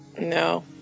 No